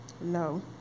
No